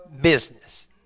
business